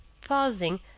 Pausing